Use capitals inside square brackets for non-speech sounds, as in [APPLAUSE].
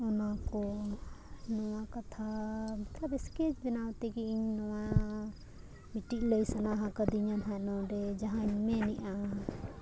ᱚᱱᱟ ᱠᱚ ᱱᱚᱣᱟ ᱠᱟᱛᱷᱟ [UNINTELLIGIBLE] ᱥᱠᱮᱪ ᱵᱮᱱᱟᱣ ᱛᱮᱜᱮ ᱤᱧ ᱱᱚᱣᱟ ᱢᱤᱫᱴᱤᱡ ᱞᱟᱹᱭ ᱥᱟᱱᱟ ᱟᱠᱟᱫᱤᱧᱟ ᱦᱟᱸᱜ ᱱᱚᱰᱮ ᱡᱟᱦᱟᱧ ᱢᱮᱱᱮᱜᱼᱟ